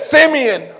Simeon